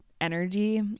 energy